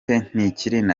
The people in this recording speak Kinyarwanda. ntilikina